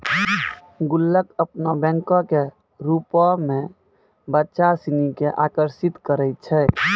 गुल्लक अपनो बैंको के रुपो मे बच्चा सिनी के आकर्षित करै छै